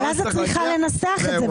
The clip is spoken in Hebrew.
אבל אז את צריכה לנסח את זה,